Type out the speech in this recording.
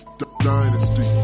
dynasty